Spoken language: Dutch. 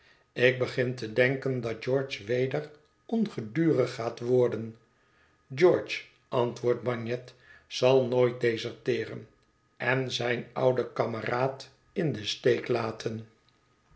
ik begin te denken dat george weder ongedurig gaat worden george antwoordt bagnet zal nooit deserteeren en zijn ouden kameraad in den steek laten